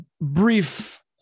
brief